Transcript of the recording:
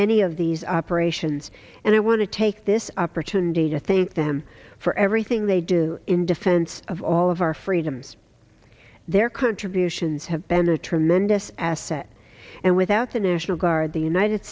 many of these operations and i want to take this opportunity to thank them for everything they do in defense of all of our freedoms their contributions have been a tremendous asset and without the national guard the united